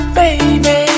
baby